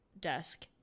desk